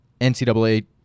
NCAA